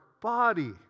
body